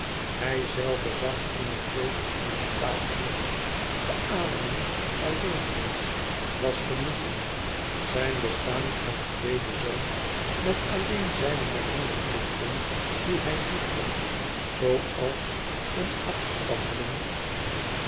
hijzelve zag in het leven een vitaal genot te ademen alleen reeds was genieten zijn bestaan van tweeden zoon met alleen zijne marineplichten die hij liefhad zooals een afstammeling